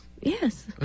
Yes